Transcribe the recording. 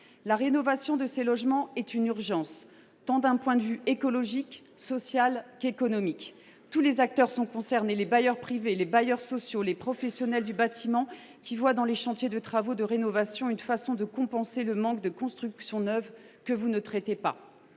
La rénovation de ces logements est une urgence d’un point de vue écologique, social et économique. Tous les acteurs sont concernés : les bailleurs, qu’ils soient privés ou sociaux, et les professionnels du bâtiment, qui voient dans les chantiers de travaux de rénovation une façon de compenser le manque de constructions neuves, problème que vous ne traitez pas.